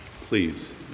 Please